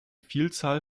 vielzahl